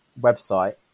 website